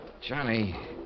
Johnny